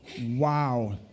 Wow